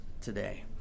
today